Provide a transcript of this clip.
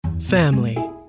family